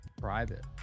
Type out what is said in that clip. private